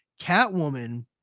Catwoman